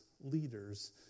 leaders